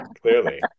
clearly